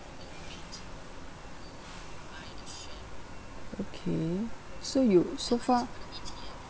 okay so you so far